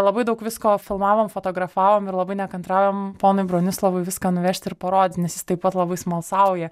labai daug visko filmavom fotografavom ir labai nekantraujam ponui bronislovui viską nuvežt ir parodyt nes jis taip pat labai smalsauja